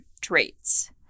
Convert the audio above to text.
traits